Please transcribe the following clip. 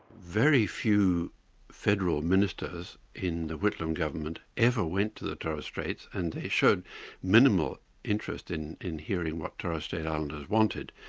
very few federal ministers in the whitlam government ever went to the torres straits, and they showed minimal interest in in hearing what torres strait islanders wanted,